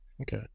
Okay